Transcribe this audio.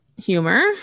humor